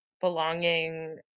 belonging